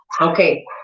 Okay